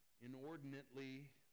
inordinately